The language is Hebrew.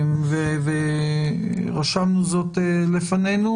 רשמנו זאת לפנינו,